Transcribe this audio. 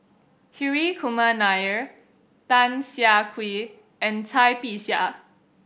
Hri Kumar Nair Tan Siah Kwee and Cai Bixia